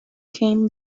came